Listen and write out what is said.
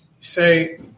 say